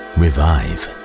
revive